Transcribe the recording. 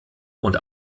und